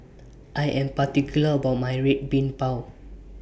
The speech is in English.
I Am particular about My Red Bean Bao